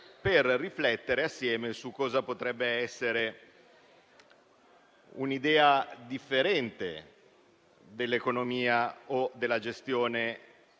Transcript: a riflettere assieme su quale potrebbe essere un'idea differente dell'economia o della gestione